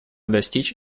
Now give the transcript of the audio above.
достичь